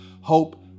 hope